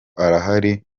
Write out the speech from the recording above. arahari